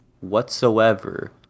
whatsoever